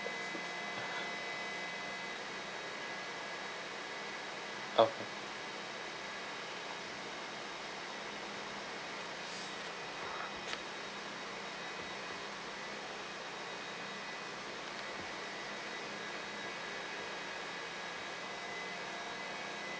oh